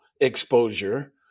exposure